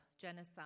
genocide